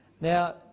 Now